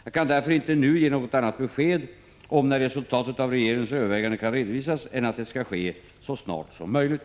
Jag kan därför inte nu ge något annat besked om när resultatet av regeringens överväganden kan redovisas än att det skall ske så snart som möjligt.